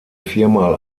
viermal